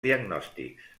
diagnòstics